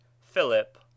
Philip